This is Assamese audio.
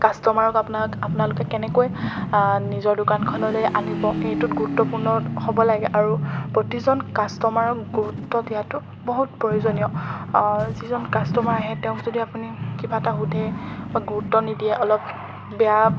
কাষ্টমাৰক আপোনাক আপোনালোকে কেনেকৈ নিজৰ দোকানখনলৈ আনিব এইটোত গুৰুত্বপূৰ্ণ হ'ব লাগে আৰু প্ৰতিজন কাষ্টমাৰক গুৰুত্ব দিয়াটো বহুত প্ৰয়োজনীয় যিজন কাষ্টমাৰ আহে তেওঁক যদি আপুনি কিবা এটা সোধে বা গুৰুত্ব নিদিয়ে অলপ বেয়া